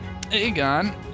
Aegon